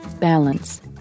balance